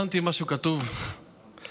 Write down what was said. הכנתי משהו כתוב אבל